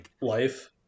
life